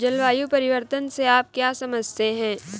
जलवायु परिवर्तन से आप क्या समझते हैं?